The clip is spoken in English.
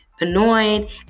annoyed